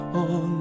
on